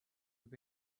have